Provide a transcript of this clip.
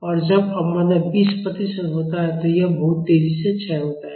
और जब अवमंदन 20 प्रतिशत होता है तो यह बहुत तेजी से क्षय होता है